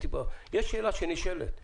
יש שאלה שנשאלת,